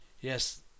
yes